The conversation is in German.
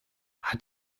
hat